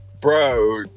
bro